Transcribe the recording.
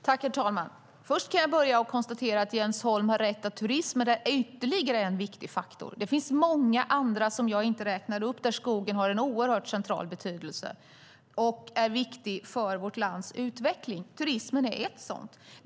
Herr talman! Jag kan börja med att konstatera att Jens Holm har rätt i att turism är ytterligare en viktig faktor. Det finns många områden som jag inte räknade upp där skogen har en central betydelse och är viktig för vårt lands utveckling. Turismen är ett sådant.